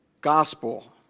gospel